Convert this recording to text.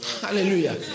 Hallelujah